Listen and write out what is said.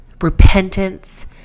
repentance